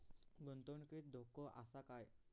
गुंतवणुकीत धोको आसा काय?